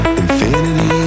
infinity